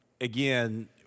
again